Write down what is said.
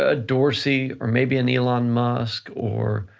ah dorsey, or maybe an elon musk, or,